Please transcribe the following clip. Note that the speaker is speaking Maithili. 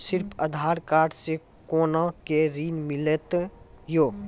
सिर्फ आधार कार्ड से कोना के ऋण मिलते यो?